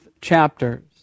chapters